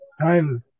times